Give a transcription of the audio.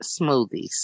smoothies